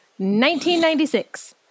1996